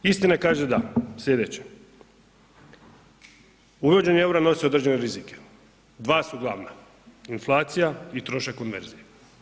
Istina kaže da slijedeće uvođenje EUR-a nosi određene rizike, dva su glavna inflacija i trošak konverzije.